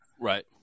Right